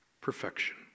perfection